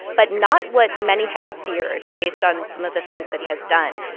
but not what many had feared, based on some of the things that he has done.